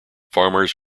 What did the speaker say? farmers